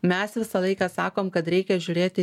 mes visą laiką sakom kad reikia žiūrėti